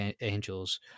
angels